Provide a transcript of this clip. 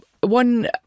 one